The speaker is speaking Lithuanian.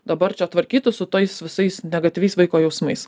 dabar čia tvarkytis su tais visais negatyviais vaiko jausmais